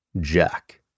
Jack